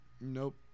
Nope